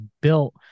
built